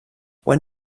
when